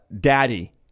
daddy